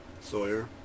Sawyer